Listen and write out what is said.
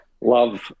love